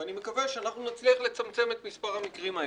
ואני מקווה שאנחנו נצליח לצמצם את מספר המקרים האלה.